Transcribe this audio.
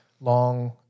long